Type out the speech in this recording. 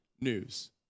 news